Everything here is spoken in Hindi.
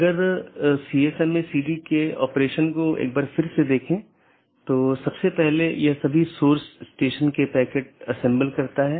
AS के भीतर इसे स्थानीय IGP मार्गों का विज्ञापन करना होता है क्योंकि AS के भीतर यह प्रमुख काम है